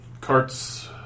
Carts